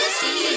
see